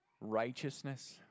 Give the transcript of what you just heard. righteousness